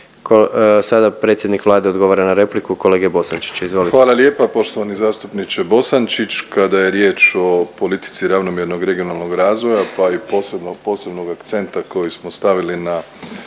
Sada predsjednik Vlade odgovara na repliku kolege Bosančića, izvolite. **Plenković, Andrej (HDZ)** Hvala lijepa poštovani zastupniče Bosančić. Kada je riječ o politici ravnomjernog regionalnog razvoja pa i posebnog akcenta koji smo stavili na